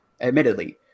Admittedly